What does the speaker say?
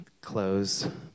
close